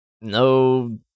no